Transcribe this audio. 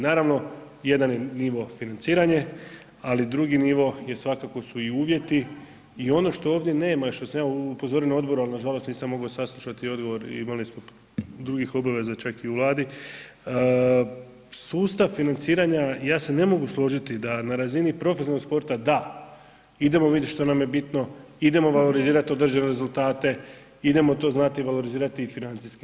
Naravno jedan je nivo financiranje, ali drugi nivo je svakako su i uvjeti i ono što ovdje nema, što sam ja upozorio na odboru, ali nažalost nisam mogao saslušati odgovor imali smo drugih obaveza čak i u Vladi, sustav financiranja, ja se ne mogu složiti da na razini profesionalnog sporta da idemo vidit što nam je bitno, idemo valorizirat određene rezultate, idemo to znati valorizirati i financijski.